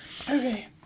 Okay